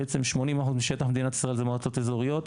80% משטח מדינת ישראל זה מועצות אזוריות.